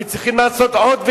וצריכים לעשות עוד,